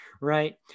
right